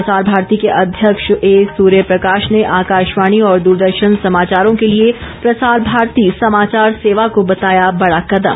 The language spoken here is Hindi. प्रसार भारती के अध्यक्ष ए सूर्य प्रकाश ने आकाशवाणी और दूरदर्शन समाचारों के लिए प्रसार भारती समाचार सेवा को बताया बड़ा कदम